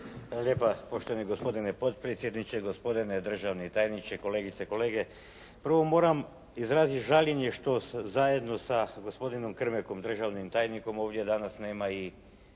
lijepa poštovani gospodine potpredsjedniče, gospodine državni tajniče, kolegice i kolege. Prvo moram izraziti žaljenje što zajedno sa gospodinom Krmekom državnim tajnikom ovdje danas nema i